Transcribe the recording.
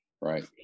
right